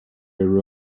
her